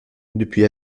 depuis